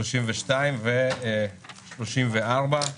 32 ו-34.